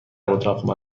اتاق